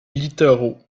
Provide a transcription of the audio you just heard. littoraux